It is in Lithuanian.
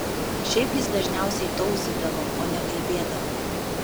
šiaip jis dažniausiai tauzydavo o ne kalbėdavo